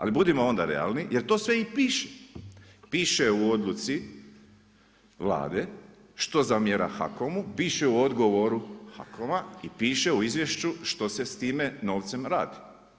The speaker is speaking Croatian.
Ali, budimo onda realni, jer to sve piše, piše u odluci Vlade što zamjera HAKOM-u piše u odgovoru HAKOM-a i piše u izvješću što se s time novcem radi.